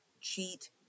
cheat